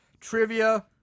Trivia